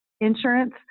insurance